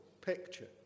picture